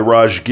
Raj